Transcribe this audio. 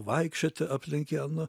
vaikščioti aplink ją nu